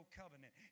covenant